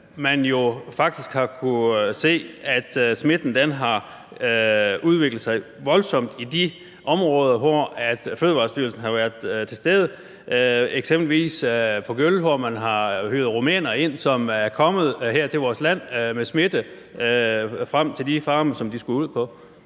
Man har jo faktisk kunnet se, at smitten har udviklet sig voldsomt i de områder, hvor Fødevarestyrelsen har været til stede – eksempelvis i Gjøl, hvor man har hyret rumænere, som så er kommet her til vores land med smitte til de farme, som de skulle ud på.